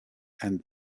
and